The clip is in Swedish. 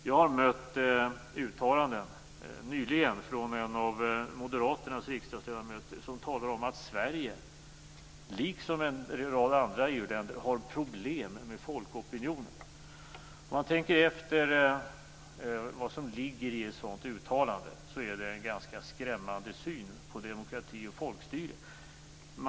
Jag har nyligen mött uttalanden från en av Moderaternas riksdagsledamöter om att Sverige liksom en rad andra EU-länder har problem med folkopinionen. Om man tänker efter vad som ligger i ett sådant uttalande finner man en ganska skrämmande syn på demokrati och folkstyre.